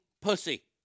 pussy